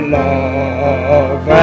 love